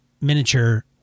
miniature